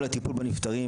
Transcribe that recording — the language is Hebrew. כל הטיפול בנפטרים,